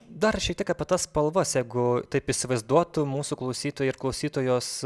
dar šiek tiek apie tas spalvas jeigu taip įsivaizduotų mūsų klausytojai ir klausytojos